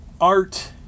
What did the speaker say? art